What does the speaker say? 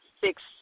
six